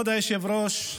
נמאס כבר.